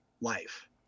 life